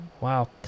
wow